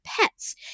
pets